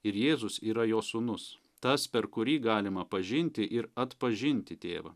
ir jėzus yra jo sūnus tas per kurį galima pažinti ir atpažinti tėvą